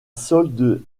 solde